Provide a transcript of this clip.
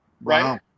Right